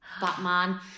Batman